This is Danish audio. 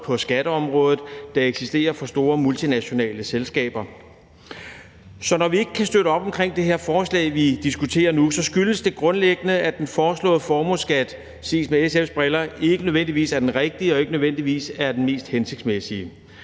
på skatteområdet, der eksisterer for store multinationale selskaber. Så når vi ikke kan støtte op omkring det her forslag, vi diskuterer nu, så skyldes det grundlæggende, at den foreslåede formueskat set med SF's briller ikke nødvendigvis er den rigtige og ikke nødvendigvis er den mest hensigtsmæssige,